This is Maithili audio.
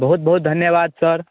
बहुत बहुत धन्यवाद सर